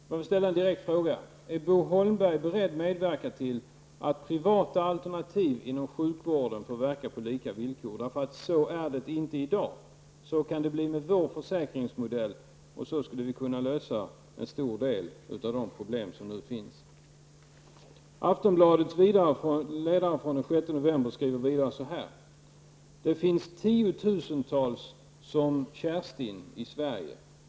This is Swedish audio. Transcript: Låt mig ställa en direkt fråga: Är Bo Holmberg beredd att medverka till att privata alternativ inom sjukvården får verka på lika villkor? Så är det inte i dag, men så kan det bli med vår försäkringsmodell. Därmed skulle det vara möjligt att lösa en stor del av de problem som nu finns inom sjukvården. I Aftonbladets ledare den 6 november står det så här: ''Det finns 10 000 som Kerstin i Sverige.